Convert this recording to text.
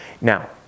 now